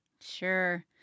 Sure